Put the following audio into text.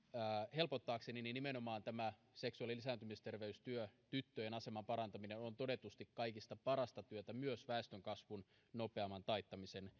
helpottaa sillä nimenomaan tämä seksuaali ja lisääntymisterveystyö tyttöjen aseman parantaminen on todetusti kaikista parasta työtä myös väestönkasvun nopeamman taittamisen